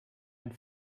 ein